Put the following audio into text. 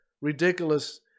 ridiculous